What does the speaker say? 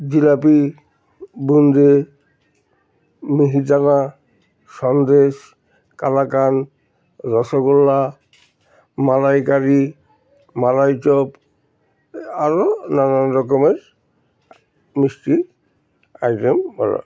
জিলাপি বোঁদে মিহি দানা সন্দেশ কালাকাঁদ রসগোল্লা মালাইকারি মালাইচপ আরও নানান রকমের মিষ্টি আইটেম বলা